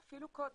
אפילו קודם.